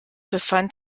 befand